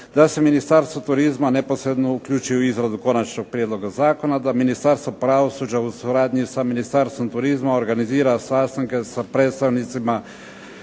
Da se Ministarstvo turizma neposredno uključuje u izradu konačnog prijedloga zakona, da Ministarstvo pravosuđa u suradnji sa Ministarstvom turizma organizira sastanke sa predstavnicima